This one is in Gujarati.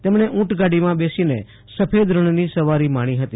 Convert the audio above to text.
તેમણે ઊંટગાડીમાં બેસીને સફેદ રણની સવારી માણી હતી